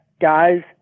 guys